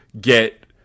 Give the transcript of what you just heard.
get